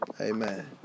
Amen